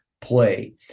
play